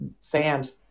sand